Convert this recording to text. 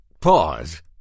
pause